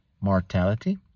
mortality